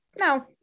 no